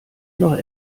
noch